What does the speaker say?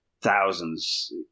thousands